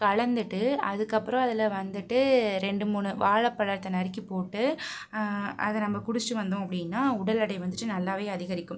கலந்துகிட்டு அதுக்கு அப்புறம் அதில் வந்துட்டு ரெண்டு மூணு வாழை பழத்தை நறுக்கி போட்டு அதை நம்ம குடிச்சிட்டு வந்தோம் அப்படின்னா உடல் எடை வந்துட்டு நல்லாவே அதிகரிக்கும்